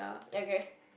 okay